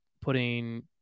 putting